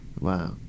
wow